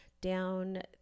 down